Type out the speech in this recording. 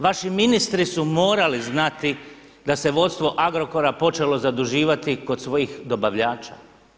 Vaši ministri su morali znati da se vodstvo Agrokora počelo zaduživati kod svojih dobavljača.